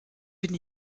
bin